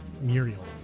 Muriel